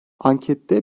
ankette